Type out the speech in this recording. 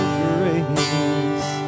grace